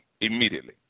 immediately